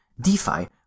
DeFi